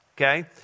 okay